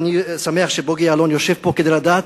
אני שמח שבוגי יעלון יושב פה כדי לדעת